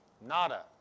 Nada